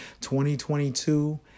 2022